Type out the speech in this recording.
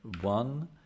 One